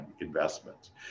investments